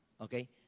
Okay